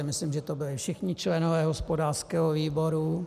Myslím, že to byli všichni členové hospodářského výboru.